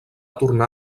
tornar